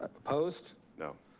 opposed? no.